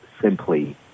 simply